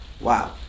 Wow